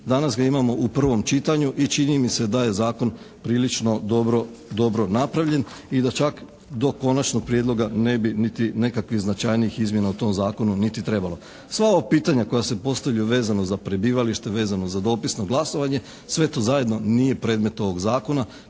Danas ga imamo u prvom čitanju i čini mi se da je zakon prilično dobro napravljen i da čak do konačnog prijedloga ne bi niti nekakvih značajnih izmjena u tom zakonu niti trebalo. Sva ova pitanja koja se postavljaju vezano za prebivalište, vezano za dopisno glasovanje sve to zajedno nije predmet ovog zakona.